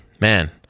Man